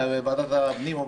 הפנים?